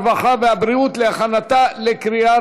הרווחה והבריאות נתקבלה.